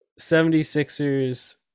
76ers